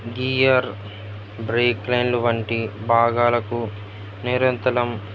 gear బ్రేక్లైన్లు వంటి భాగాలకు నిరంతరం